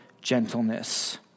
gentleness